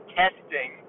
testing